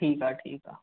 ठीकु आहे ठीकु आहे